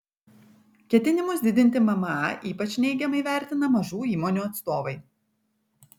ketinimus didinti mma ypač neigiamai vertina mažų įmonių atstovai